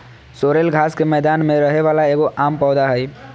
sorrel घास के मैदान में रहे वाला एगो आम पौधा हइ